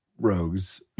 rogues